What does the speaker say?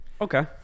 Okay